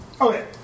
Okay